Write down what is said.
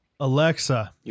Alexa